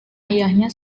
ayahnya